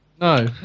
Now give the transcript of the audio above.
No